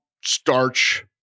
starch